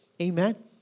Amen